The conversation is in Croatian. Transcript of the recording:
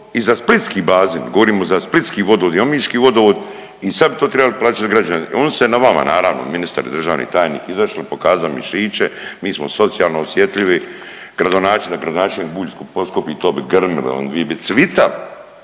i za splitski bazen, govorimo za splitski vodovod i omiški vodovod i sad bi to trebali plaćati građani. On se na vama, naravno, ministar i državni tajnik izašli, pokazali mišiće, mi smo socijalno osjetljivi, gradonačelnik, da gradonačelnik Bulj poskupi, to bi grmile, vi bi cvitali,